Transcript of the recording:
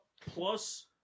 Plus